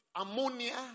Ammonia